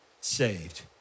saved